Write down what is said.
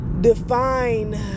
define